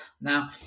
Now